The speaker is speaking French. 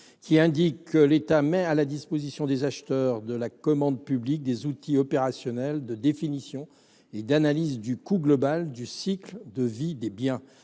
qui prévoit que l'État met à la disposition des acheteurs de la commande publique des outils opérationnels de définition et d'analyse du coût global du cycle de vie des biens.